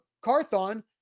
Carthon